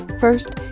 First